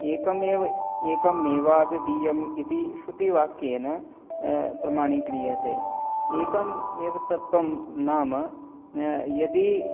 एकमेव एकमेवाद्वितीयम् इति श्रुतिवाक्येन प्रमाणीक्रियते एकम् एव तत्त्वं नाम यदि